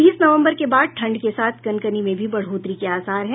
तीस नवम्बर के बाद ठंड के साथ कनकनी में भी बढ़ोतरी के आसार हैं